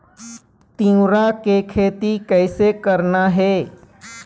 तिऊरा के खेती कइसे करना हे?